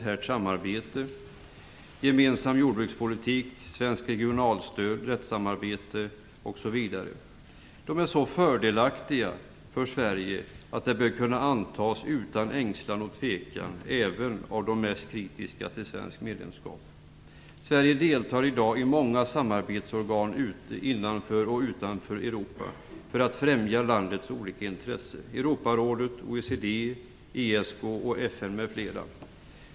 är så fördelaktigt för Sverige att det bör kunna antas utan ängslan och tvekan även av de mest kritiska till svenskt medlemskap. Sverige deltar i dag i många samarbetsorgan både inom och utanför Europa för att främja landets olika intressen: Europarådet, OECD, ESK, FN, m.fl.